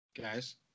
Guys